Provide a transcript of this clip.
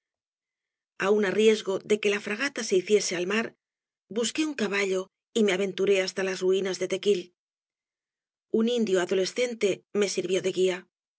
aun á riesgo de que la fragata se hiciese al mar busqué un caballo y me aventuré hasta las ruinas de tequil un indio adolescente me sirvió de guía